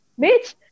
Bitch